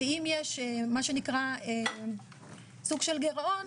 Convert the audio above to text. ואם יש מה שנקרא סוג של גירעון,